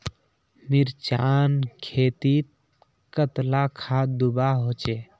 मिर्चान खेतीत कतला खाद दूबा होचे?